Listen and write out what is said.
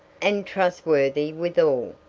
and trustworthy withal.